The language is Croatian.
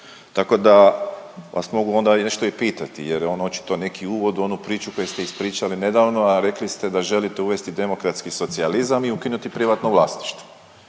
Tako da vas mogu onda nešto i pitati jer je on očito neki uvod u onu priču koju ste ispričali nedavno, a rekli ste da želite uvesti demokratski socijalizam i ukinuti privatno vlasništvo.